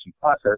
process